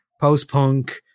post-punk